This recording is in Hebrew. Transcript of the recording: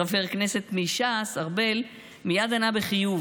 חבר הכנסת מש"ס, ארבל, מייד ענה בחיוב.